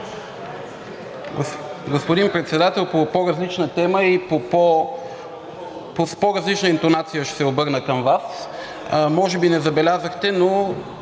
Господин Председател, по по-различна тема и с по-различна интонация ще се обърна към Вас. Може би не забелязахте, но